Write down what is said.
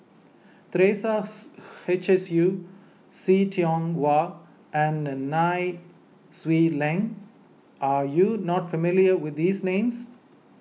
Teresa Hsu H S U See Tiong Wah and Nai Swee Leng are you not familiar with these names